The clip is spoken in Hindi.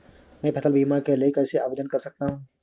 मैं फसल बीमा के लिए कैसे आवेदन कर सकता हूँ?